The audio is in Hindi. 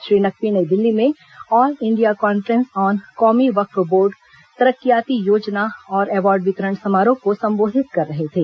श्री नकवी नई दिल्ली में ऑल इंडिया कान्फ्रेंस ऑन कौमी वक्फ बोर्ड तरक्कियाती योजना और अवार्ड वितरण समारोह को संबोधित कर रहे थे